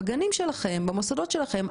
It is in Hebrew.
בגנים שלכם ובמוסדות שלכם,